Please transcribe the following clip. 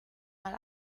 mal